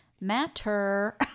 matter